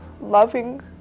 loving